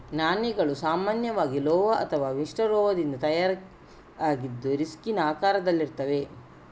ನಾಣ್ಯಗಳು ಸಾಮಾನ್ಯವಾಗಿ ಲೋಹ ಅಥವಾ ಮಿಶ್ರಲೋಹದಿಂದ ತಯಾರಾಗಿದ್ದು ಡಿಸ್ಕಿನ ಆಕಾರದಲ್ಲಿರ್ತದೆ